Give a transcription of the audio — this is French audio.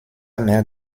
mère